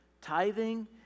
tithing